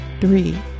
Three